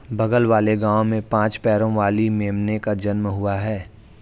बगल वाले गांव में पांच पैरों वाली मेमने का जन्म हुआ है